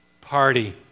party